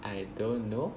I don't know